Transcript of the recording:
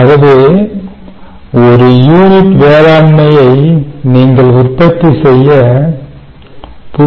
ஆகவே ஒரு யூனிட் வேளாண்மையை நீங்கள் உற்பத்தி செய்ய 0